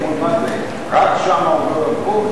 הם יאמרו: מה זה, עד שם יעבור הגבול?